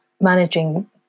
managing